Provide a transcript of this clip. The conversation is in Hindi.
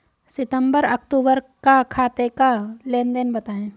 सितंबर अक्तूबर का खाते का लेनदेन बताएं